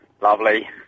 Lovely